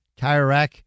TireRack